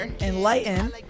enlighten